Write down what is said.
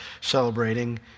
celebrating